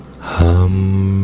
hum